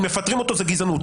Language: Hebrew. אם מפטרים אותו זו גזענות.